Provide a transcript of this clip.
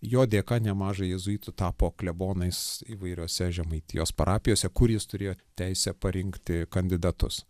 jo dėka nemažai jėzuitų tapo klebonais įvairiose žemaitijos parapijose kur jis turėjo teisę parinkti kandidatus